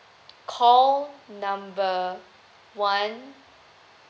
call number one